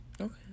okay